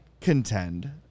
contend